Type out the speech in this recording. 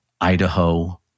Idaho